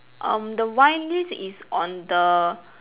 um the wine list is on the